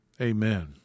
Amen